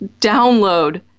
download